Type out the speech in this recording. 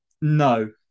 no